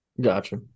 Gotcha